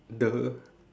!duh!